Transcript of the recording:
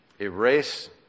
erase